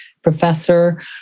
professor